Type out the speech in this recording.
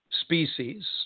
species